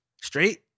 Straight